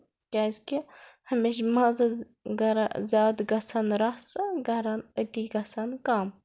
کیٛازِکہِ ہمیشہِ مَزٕ گَرٕ زیادٕ گَژھان رَسہٕ گَرَن أتی گژھان کَم